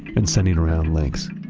and sending around links.